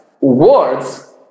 words